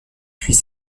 puis